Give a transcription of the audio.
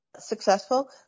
successful